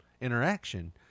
interaction